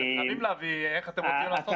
אתם חייבים להביא איך אתם הולכים לעשות